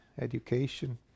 education